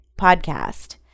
Podcast